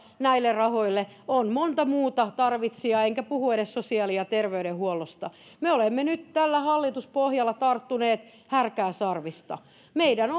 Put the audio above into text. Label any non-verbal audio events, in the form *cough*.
näille rahoille on monta muuta tarvitsijaa enkä puhu edes sosiaali ja terveydenhuollosta me olemme nyt tällä hallituspohjalla tarttuneet härkää sarvista meidän *unintelligible*